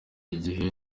gihe